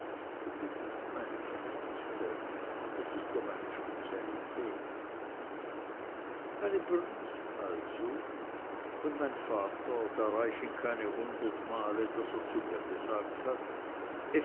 gewiß meine gnädigste das ist ja meine spezialität eine briest also und mein vater da reichen keine hundert male daß er zu mir gesagt hat